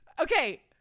Okay